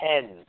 ten